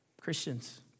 Christians